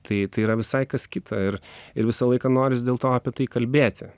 tai yra visai kas kita ir ir visą laiką noris dėl to apie tai kalbėti